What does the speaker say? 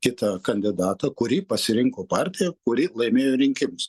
kitą kandidatą kurį pasirinko partija kuri laimėjo rinkimus